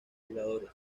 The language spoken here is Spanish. jugadores